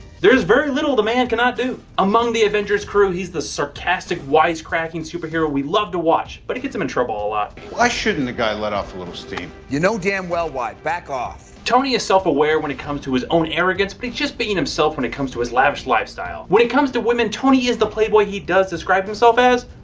there's very little the man cannot do. among the avengers crew, he's the sarcastic, wisecracking superhero we love to watch but he gets him in trouble a lot. why shouldn't the guy let off a little steam? you know damn well why! back off! tony is self-aware when it comes to his own arrogance but he's just being himself when it comes to his lavish lifestyle. when it comes to women, tony is the playboy he does describe himself as,